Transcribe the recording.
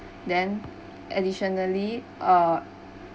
then additionally uh